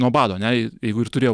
nuo bado ane jeigu ir turėjo